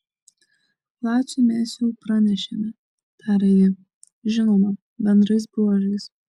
laciui mes jau pranešėme tarė ji žinoma bendrais bruožais